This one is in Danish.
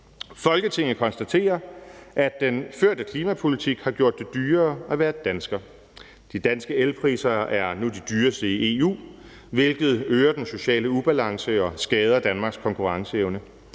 »Folketinget konstaterer, at den førte klimapolitik har gjort det dyrere at være dansker. De danske elpriser er nu de dyreste i EU, hvilket øger den sociale ubalance og skader Danmarks konkurrenceevne.